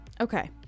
okay